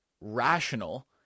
rational